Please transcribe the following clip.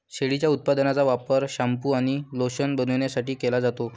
शेळीच्या उपउत्पादनांचा वापर शॅम्पू आणि लोशन बनवण्यासाठी केला जातो